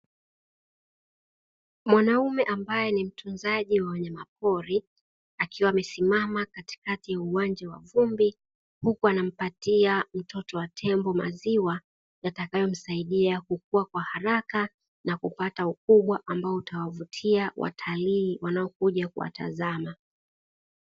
Mwanaume ambaye ni mtunzaji wa wanyama pori akiwa amesimama katikati ya uwanja wa vumbi, huku anampatia mtoto wa tembo maziwa yatakayomsaidia kukua kwa haraka na kupata ukubwa ambao utawavutia watalii wanakuja kuwatazama.